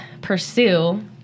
pursue